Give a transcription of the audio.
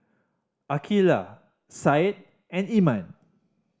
Aqilah Syed and Iman